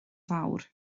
fawr